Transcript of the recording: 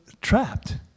trapped